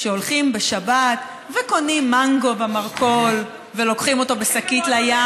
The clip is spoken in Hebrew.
שהולכים בשבת וקונים מנגו במרכול ולוקחים אותו בשקית לים,